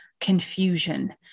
confusion